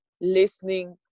listening